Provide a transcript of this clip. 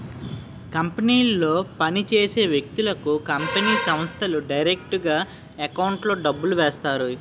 కంపెనీలో పని చేసే వ్యక్తులకు కంపెనీ సంస్థలు డైరెక్టుగా ఎకౌంట్లో డబ్బులు వేస్తాయి